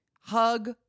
hug